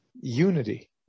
unity